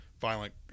violent